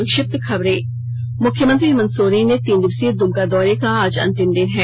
संक्षिप्त खबरें मुख्यमंत्री हेमंत सोरेन के तीन दिवसीय द्मका दौरे का आज अंतिम दिन है